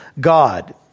God